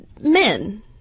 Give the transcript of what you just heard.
men